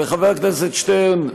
וחבר הכנסת שטרן,